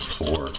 four